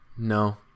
No